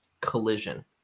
Collision